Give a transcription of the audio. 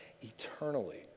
eternally